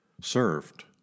served